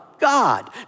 God